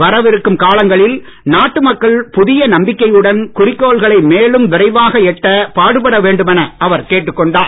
வரவிருக்கும் காலங்களில் நாட்டு மக்கள் புதிய நம்பிக்கையுடன் குறிக்கோள்களை மேலும் விரைவாக எட்ட பாடுபட வேண்டும் என அவர் கேட்டுக் கொண்டார்